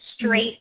straight